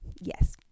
Yes